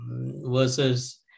versus